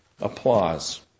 applause